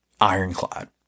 ironclad